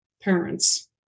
parents